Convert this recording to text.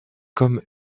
comme